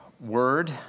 word